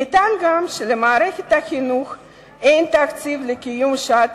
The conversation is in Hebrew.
נטען גם שלמערכת החינוך אין תקציב לקיום שעת